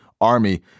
army